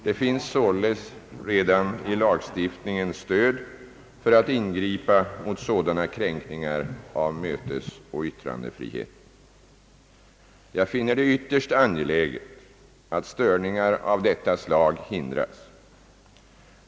Det finns således redan stöd i lagstiftningen för att ingripa mot sådana kränkningar av mötesoch yttrandefriheten. Jag finner det ytterst angeläget att störningar av detta slag hindras.